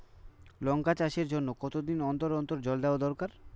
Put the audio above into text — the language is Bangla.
লঙ্কা চাষের জন্যে কতদিন অন্তর অন্তর জল দেওয়া দরকার?